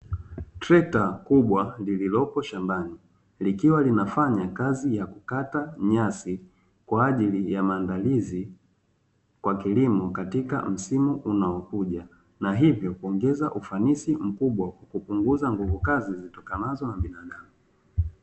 Trekta kubwa lililopo shambani likiwa linafanya kazi ya kukata nyasi kwa ajili ya maandalizi kwa kilimo katika msimu, unaokuja na hivyo huongeza ufanisi mkubwa kwa kupunguza nguvu kazi zitokanazo na binadamu.